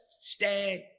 stand